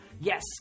Yes